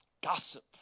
Gossip